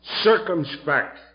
circumspect